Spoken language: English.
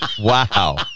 wow